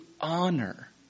honor